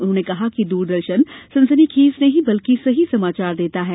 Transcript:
उन्होंने कहा कि दूरदर्शन सनसनीखेज नहीं बल्कि सही समाचार देता है